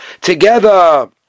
together